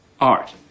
art